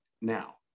now